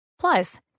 Plus